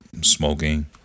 smoking